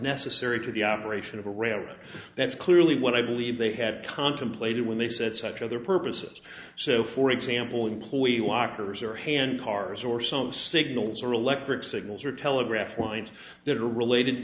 necessary to the operation of a river that's clearly what i believe they had contemplated when they set such other purposes so for example employee lockers or hand cars or some signals or electric signals or telegraph lines that are related to